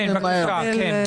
כן, בבקשה.